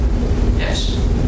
Yes